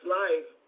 life